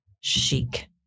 chic